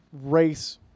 race